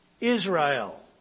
Israel